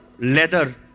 leather